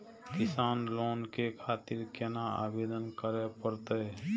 किसान लोन के खातिर केना आवेदन करें परतें?